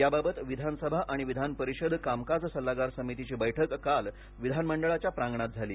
याबाबत विधानसभा आणि विधानपरिषद कामकाज सल्लागार समितीची बैठक काल विधानमंडळाच्या प्रांगणात झाली